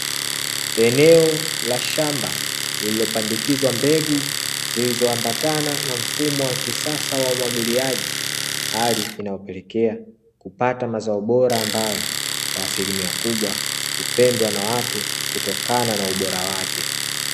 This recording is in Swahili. Eneo la shamba lililopandikizwa mbegu zilizoambatana na mfumo wa kisasa wa umwagiliaji, hali inayopelekea kupata mazao bora ambayo kwa asilimia kubwa hupendwa na watu kutokana na ubora wake.